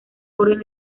orden